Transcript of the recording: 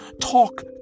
talk